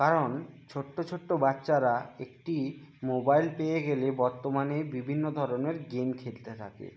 কারণ ছোট্ট ছোট্ট বাচ্চারা একটি মোবাইল পেয়ে গেলে বর্তমানে বিভিন্ন ধরণের গেম খেলতে থাকে